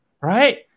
Right